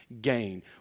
gain